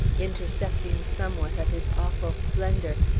intercepting somewhat of his awful splendor,